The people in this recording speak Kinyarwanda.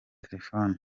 telefone